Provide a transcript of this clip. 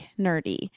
nerdy